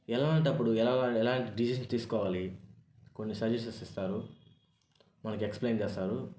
ఎలాంటప్పుడు ఎలా వాడ ఎలాంటి డెసిషన్స్ తీసుకోవాలి కొన్ని సజిషన్స్ ఇస్తారు మనకి ఎక్స్ప్లయిన్ చేస్తారు